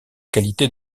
qualité